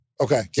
Okay